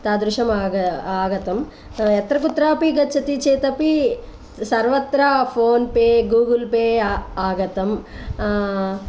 तादृशम् आगय आगतम् यत्र कुत्रापि गच्छति चेत् अपि सर्वत्र फोन् पे गूगल् पे आ आगतम्